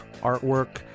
artwork